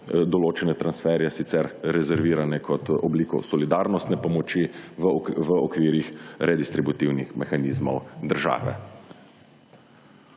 določene transferje sicer rezervirane kot obliko solidarnostne pomoči v okvirih redistributinih mehanizmov države.